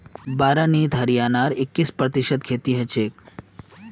बारानीत हरियाणार इक्कीस प्रतिशत खेती हछेक